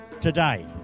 today